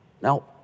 Now